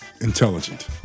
intelligent